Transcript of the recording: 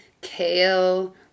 kale